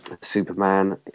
Superman